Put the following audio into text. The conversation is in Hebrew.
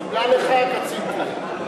הנבואה: "שמלה לך קצין תהיה".